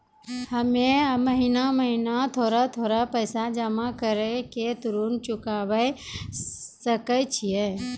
हम्मे महीना महीना थोड़ा थोड़ा पैसा जमा कड़ी के ऋण चुकाबै सकय छियै?